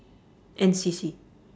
N_C_C